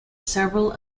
several